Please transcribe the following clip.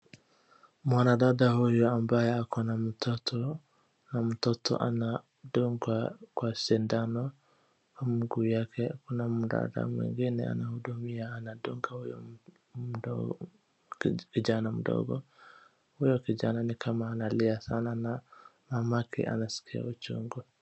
Mwanadada huyu ambaye ako na mtoto anadungwa kwa sindano kwa mguu yake kuna mwanadada mwingine anamhudumia anadunga huyo mdogo kijana mdogo. Huyo kijana ni kama analia sana na mamake anaskia uchungu.